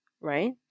right